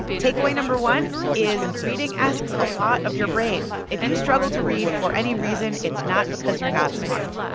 takeaway no. one is reading asks a lot of your brain. if you struggle to read for any reason, it's not because you're not smart.